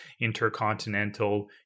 Intercontinental